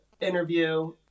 interview